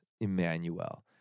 Emmanuel